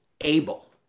able